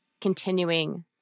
continuing